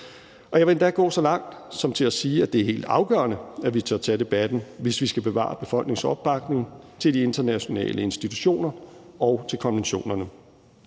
Jeg vil endda gå så langt som til at sige, at det er helt afgørende, at vi tør tage debatten, hvis vi skal bevare befolkningens opbakning til de internationale institutioner og til konventionerne.